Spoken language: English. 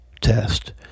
test